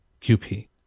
QP